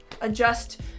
adjust